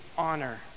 honor